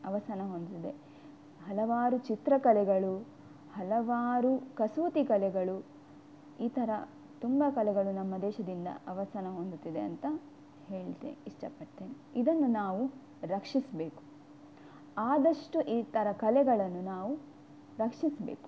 ಅವಸಾನ ಹೊಂದಿದೆ ಹಲವಾರು ಚಿತ್ರಕಲೆಗಳು ಹಲವಾರು ಕಸೂತಿ ಕಲೆಗಳು ಈ ಥರ ತುಂಬ ಕಲೆಗಳು ನಮ್ಮ ದೇಶದಿಂದ ಅವಸಾನ ಹೊಂದುತ್ತಿದೆ ಅಂತ ಹೇಳ್ತೆ ಇಷ್ಟಪಡ್ತೇನೆ ಇದನ್ನು ನಾವು ರಕ್ಷಿಸಬೇಕು ಆದಷ್ಟು ಈ ಥರ ಕಲೆಗಳನ್ನು ನಾವು ರಕ್ಷಿಸಬೇಕು